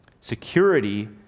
Security